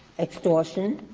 extortion,